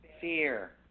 Fear